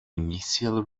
initial